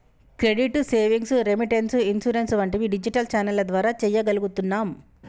credit, savings, remittance, insurance వంటివి digital ఛానెల్ల ద్వారా చెయ్యగలుగుతున్నాం